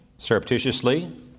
surreptitiously